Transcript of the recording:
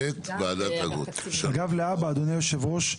אגב להבא, אדוני היושב-ראש,